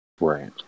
Right